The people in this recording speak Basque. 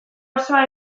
osoa